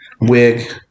wig